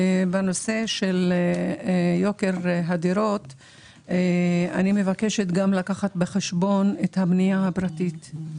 בנושא יוקר הדירות אני מבקשת לקחת בחשבון גם את הבנייה הפרטית.